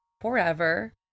forever